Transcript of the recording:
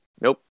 Nope